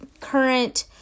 current